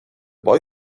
boy